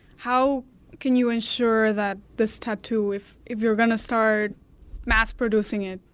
how can you ensure that this tattoo, if if you're going to start mass producing it,